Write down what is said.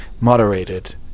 moderated